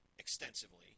extensively